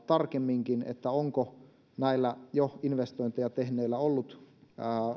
tarkemminkin onko näillä jo investointeja tehneillä ollut